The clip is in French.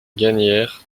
gagnaire